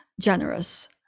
generous